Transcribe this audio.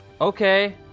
Okay